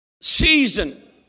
season